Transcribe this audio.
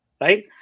Right